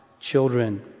children